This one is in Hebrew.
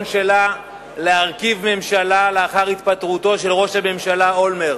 שלה להרכיב ממשלה לאחר התפטרותו של ראש הממשלה אולמרט.